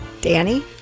Danny